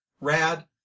rad